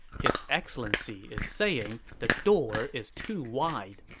his excellency is saying the door is too wide.